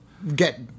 get